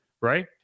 right